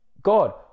God